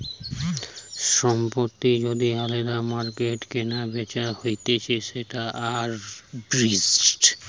সম্পত্তি যদি আলদা মার্কেটে কেনাবেচা হতিছে সেটা আরবিট্রেজ